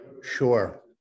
Sure